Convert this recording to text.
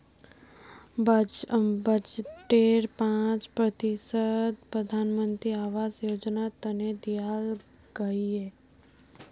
बजटेर पांच प्रतिशत प्रधानमंत्री आवास योजनार तने दियाल गहिये